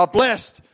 blessed